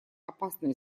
опасные